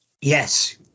Yes